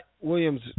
Williams